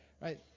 right